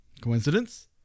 coincidence